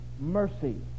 mercy